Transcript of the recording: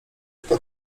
kto